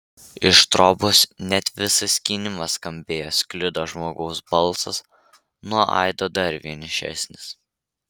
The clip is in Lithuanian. iš trobos net visas skynimas skambėjo sklido žmogaus balsas nuo aido dar vienišesnis